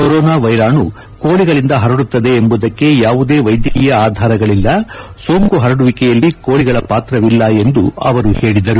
corona ವೈರಾಣು ಕೋಳಿಗಳಿಂದ ಹರಡುತ್ತದೆ ಎಂಬುದಕ್ಕೆ ಯಾವುದೇ ವೈದ್ಯಕೀಯ ಆಧಾರಗಳಿಲ್ಲ ಸೋಂಕು ಹರಡುವಿಕೆಯಲ್ಲಿ ಕೋಳಿಗಳ ಪಾತ್ರವಿಲ್ಲ ಎಂದು ಅವರು ಹೇಳಿದರು